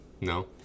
No